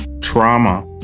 trauma